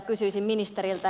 kysyisin ministeriltä